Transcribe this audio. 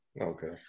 Okay